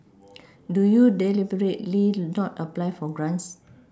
do you deliberately not apply for grants